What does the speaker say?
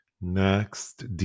Next